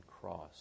cross